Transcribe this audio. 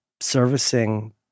servicing